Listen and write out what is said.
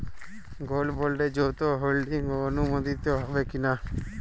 Gold বন্ডে যৌথ holding অনুমোদিত হবে কিনা?